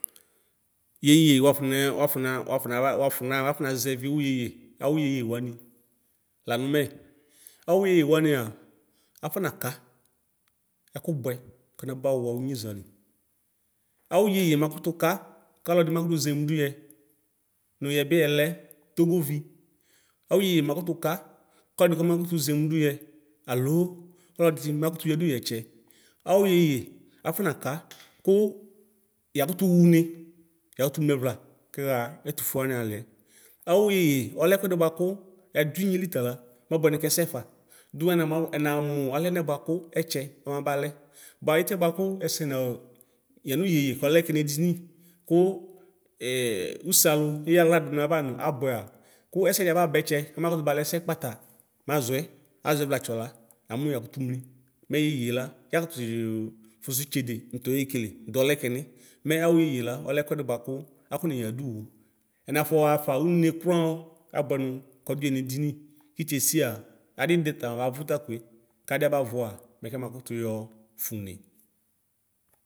Yeye wafɔ na wafɔnɛ zɛvi wʋ awʋ yeye wani lanʋ mɛ awʋ iyeye wania afɔnaka ɛkʋbʋɛ kɛnabɔ ninyeza li awʋ iyeye makʋta ka kɔlɔdi makʋtʋ zemʋ dʋyɛ nʋ yebi ɛlɛ togovi awiyeye makʋtʋ ka kɔlɔdi kɔ makʋtʋ zemʋ dʋyɛ alo ɔlɔdi makʋtʋ yadʋyɛ ɛtsɛ awʋ yeye afɔnaka kʋ yakʋtʋ wʋne yakʋ wʋnefla yɔba ɛtʋfʋe alʋ wa nialiɛ awʋ iyeye ɔlɔ ɛkʋedi bʋa kʋ ɛdʋenye lifala mabʋɛ nʋ kɛsɛ fa dʋ ɛnamʋ alʋ ɛnamʋ alɛnɛ bʋakʋ ɛtsɛ ɔmabalɛ bʋa itiebʋ akʋ ɛsɛnɔ yani yeye kɔlɛ kɛnʋ edini kʋ usealu ayaɣla dʋnʋ ava nʋ abʋɛa kʋ ɛsɛdi ababa ɛtsɛ makʋtʋ balɛ ɛsɛ kpata mazɔɛ azɔɛ vlatsɔ la yamʋ yakʋtʋ mli mɛ yeyela yakʋtʋ fʋsʋ itsede nʋ tɔyekele dʋ ɛlɛkɛ ni mɛ awʋ iyeye la ɔlɛ ɛkʋedi bʋakʋ akɔneya nʋ edini kiti esia adidita ɔbavʋ ta koe kadi abʋavʋ a kɛ bakʋtʋ yɔfʋne.